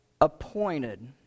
appointed